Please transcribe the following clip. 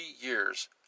years